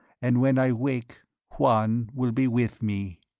and when i wake juan will be with me.